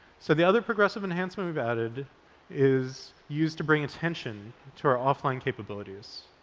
so the other progressive enhancement we've added is used to bring attention to our offline capabilities.